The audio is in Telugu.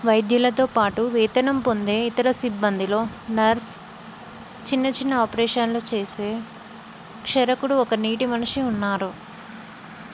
వైద్యులతో పాటు వేతనం పొందే ఇతర సిబ్బందిలో నర్స్ చిన్న చిన్న ఆపరేషన్లు చేసే క్షరకుడు ఒక నీటి మనిషి ఉన్నారు